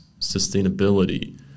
sustainability